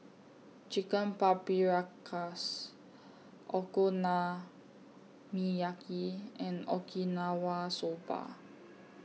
Chicken Paprikas Okonomiyaki and Okinawa Soba